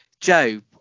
Joe